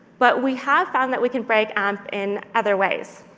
but we have found that we can break amp in other ways.